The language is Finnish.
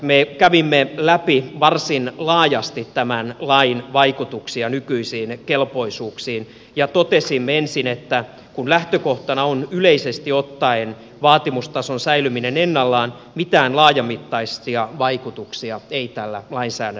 me kävimme läpi varsin laajasti tämän lain vaikutuksia nykyisiin kelpoisuuksiin ja totesimme ensin että kun lähtökohtana on yleisesti ottaen vaatimustason säilyminen ennallaan mitään laajamittaisia vaikutuksia ei tällä lainsäädännöllä ole